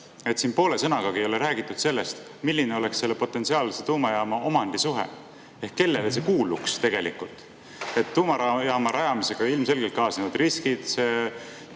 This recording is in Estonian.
et siin poole sõnagagi ei ole räägitud sellest, milline oleks potentsiaalse tuumajaama omandisuhe ehk kellele see kuuluks tegelikult. Tuumajaama rajamisega ilmselgelt kaasnevad riskid,